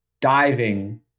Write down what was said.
diving